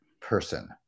person